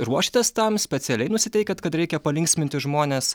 ruošiatės tam specialiai nusiteikiat kad reikia palinksminti žmones